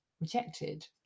rejected